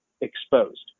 exposed